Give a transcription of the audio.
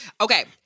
Okay